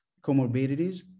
comorbidities